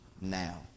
Now